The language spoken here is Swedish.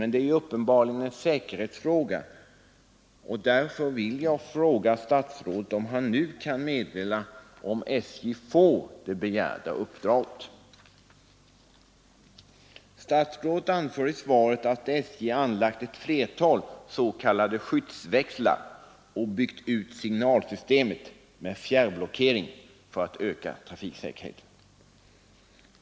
Men det är uppenbarligen en säkerhetsfråga, och därför vill jag fråga statsrådet om han nu kan meddela om SJ får det begärda uppdraget. Statsrådet anför i svaret att SJ har anlagt ett flertal s.k. skyddsväxlar och byggt ut signalsystemet med fjärrblockering för att öka trafiksäkerheten.